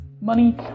money